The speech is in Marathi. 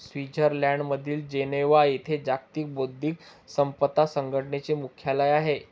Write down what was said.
स्वित्झर्लंडमधील जिनेव्हा येथे जागतिक बौद्धिक संपदा संघटनेचे मुख्यालय आहे